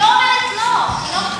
היא לא אומרת לא, היא לא מתנגדת.